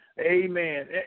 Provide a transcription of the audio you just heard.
Amen